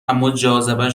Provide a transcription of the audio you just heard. اماجاذبه